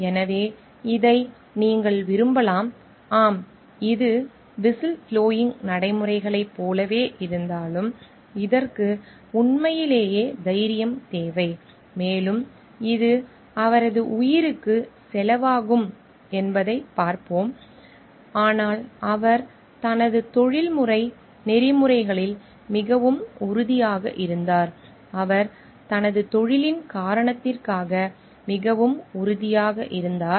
எனவே இதை நீங்கள் விரும்பலாம் ஆம் இது விசில்ப்ளோயிங் நடைமுறைகளைப் போலவே இருந்தாலும் இதற்கு உண்மையிலேயே தைரியம் தேவை மேலும் இது அவரது உயிருக்கு செலவாகும் என்பதைப் பார்ப்போம் ஆனால் அவர் தனது தொழில்முறை நெறிமுறைகளில் மிகவும் உறுதியாக இருந்தார் அவர் தனது தொழிலின் காரணத்திற்காக மிகவும் உறுதியாக இருந்தார்